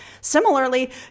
similarly